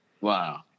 Wow